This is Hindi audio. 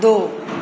दो